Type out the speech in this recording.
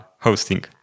hosting